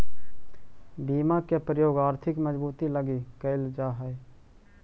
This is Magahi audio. बीमा के प्रयोग आर्थिक मजबूती लगी कैल जा हई